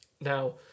Now